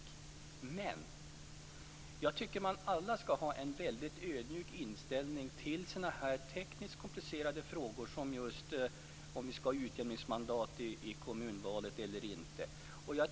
Men jag tycker att vi alla skall ha en väldigt ödmjuk inställning till den här typen av tekniskt komplicerade frågor som just denna om vi skall ha utjämningsmandat i kommunalvalen eller inte.